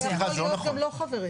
זה יכול להיות גם לא חברים.